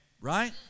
Right